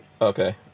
Okay